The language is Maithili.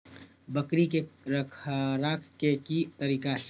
बकरी के रखरखाव के कि तरीका छै?